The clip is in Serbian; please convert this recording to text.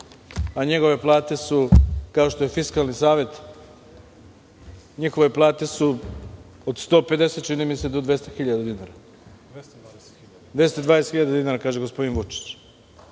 a njegove plate su, kao što je Fiskalni savet, njihove plate su od 150 čini mi se, do 200 hiljada dinara, 220 hiljada dinara, kaže gospodin Vučić.